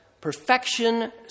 Perfection